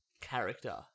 character